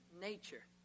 nature